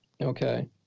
okay